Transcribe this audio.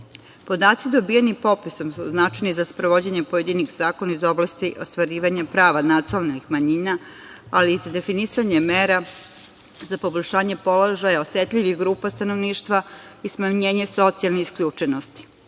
nivou. Podaci dobijeni popisom su značajni za sprovođenje pojedinih zakona iz oblasti ostvarivanja prava nacionalnih manjina, ali i za definisanje mera za poboljšanje položaja osetljivih grupa stanovništva i smanjenje socijalne isključenosti.